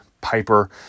Piper